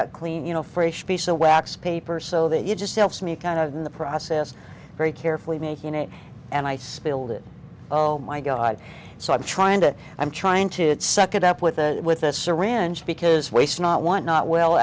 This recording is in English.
out clean you know frache piece a wax paper so that you just helps me kind of in the process very carefully making it and i spilled it oh my god so i'm trying to i'm trying to suck it up with a with a syringe because waste not want not well